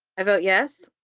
i vote yes.